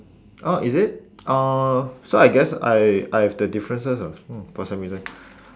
oh is it uh so I guess I I have the differences ah mm for some reason